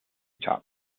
top